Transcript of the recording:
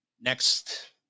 next